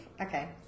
Okay